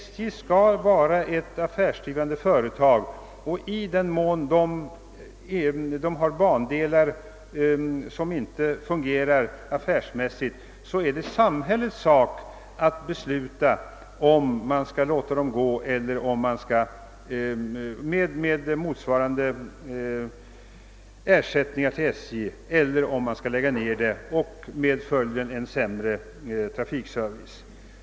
SJ är endast ett affärsdrivande företag, och i den mån vissa bandelar inte fungerar affärsmässigt, så är det samhällets sak att besluta om de skall fortsätta att trafikeras med statlig ersättning till SJ för förlusten eller om de skall läggas ned med en sämre trafikservice som följd.